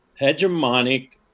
hegemonic